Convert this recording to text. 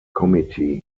committee